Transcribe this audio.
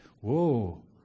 whoa